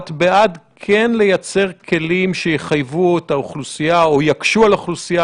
את בעד כן לייצר כלים שיחייבו את האוכלוסייה או יקשו על האוכלוסייה,